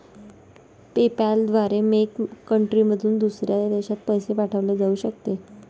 PayPal द्वारे मेक कंट्रीमधून दुसऱ्या देशात पैसे पाठवले जाऊ शकतात